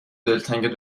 دلتنگ